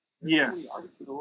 yes